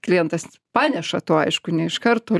klientas paneša tuo aišku ne iš karto